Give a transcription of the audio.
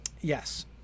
yes